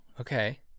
okay